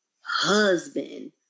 husband